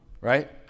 Right